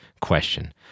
question